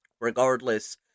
Regardless